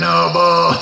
Noble